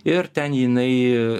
ir ten jinai